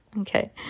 Okay